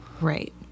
Right